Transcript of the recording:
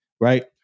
right